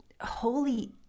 holy